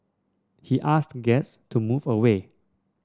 he asked guests to move away